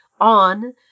on